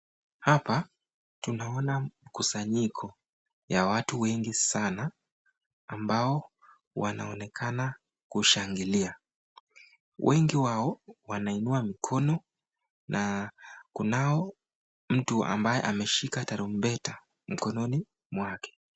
Hapa tunaona mkusanyiko ya watu wengi sana ambao wanaonekana kushangilia. Wengi wao wanainua mkono na kunao mtu ambaye ameshika tarumbeta mkononi mwake.